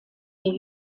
new